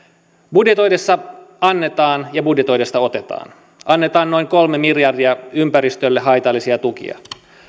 budjetoitaessa annetaan ja budjetoitaessa otetaan annetaan noin kolme miljardia ympäristölle haitallisia tukia